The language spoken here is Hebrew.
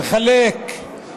מחלק,